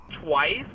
twice